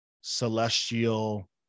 celestial